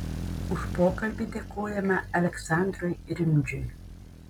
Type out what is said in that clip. už pokalbį dėkojame aleksandrui rimdžiui